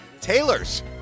Taylor's